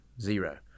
Zero